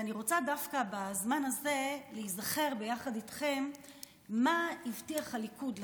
ואני רוצה דווקא בזמן הזה להיזכר יחד איתכם למה שהבטיח הליכוד לציבור.